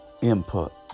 input